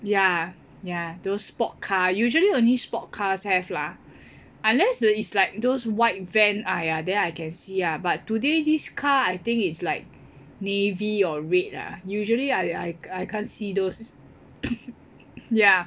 ya ya those sport car usually only sport cars have lah unless is like those white van !aiya! then I can see ah but today this car I think is like navy or red lah usually I I can't see those